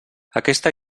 aquesta